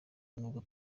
nubwo